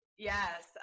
Yes